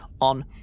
on